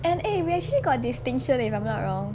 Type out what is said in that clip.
and eh we actually got distinction if I'm not wrong